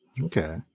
Okay